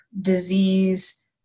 disease